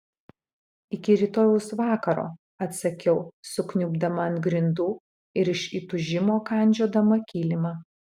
iki rytojaus vakaro atsakiau sukniubdama ant grindų ir iš įtūžimo kandžiodama kilimą